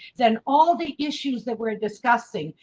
then all the issues that we're discussing,